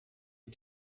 you